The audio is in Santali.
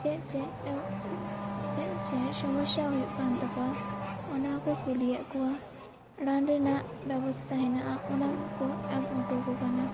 ᱪᱮᱫ ᱪᱮᱫ ᱯᱮ ᱪᱮᱫ ᱪᱮᱫ ᱥᱚᱢᱚᱥᱥᱟ ᱦᱩᱭᱩᱜ ᱠᱟᱱ ᱛᱟᱹᱠᱩᱣᱟ ᱚᱱᱟ ᱦᱩᱠᱩ ᱠᱩᱞᱤᱭᱮᱫ ᱠᱩᱣᱟ ᱨᱟᱱ ᱨᱮᱱᱟᱜ ᱵᱮᱵᱥᱛᱟ ᱦᱮᱱᱟᱜᱼᱟ ᱚᱱᱟ ᱠᱚᱠᱚ ᱮᱢ ᱚᱴᱚ ᱟᱠᱚ ᱠᱟᱱᱟ